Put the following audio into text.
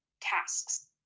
tasks